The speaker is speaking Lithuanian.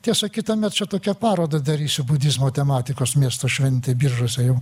tiesa kitąmet čia tokią parodą darysiu budizmo tematikos miesto šventė biržuose jau